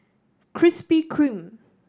Krispy Kreme